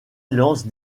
lancent